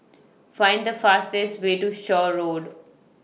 Find The fastest Way to Shaw Road